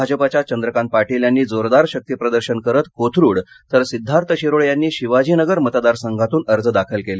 भाजपाच्या चंद्रकांत पाटील यांनी जोरदार शक्तीप्रदर्शन करत कोथरूड तर सिद्धार्थ शिरोळे यांनी शिवाजीनगर मतदारसंघातून अर्ज दाखल केले